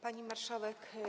Pani Marszałek!